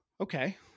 okay